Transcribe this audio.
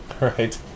right